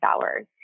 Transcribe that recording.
hours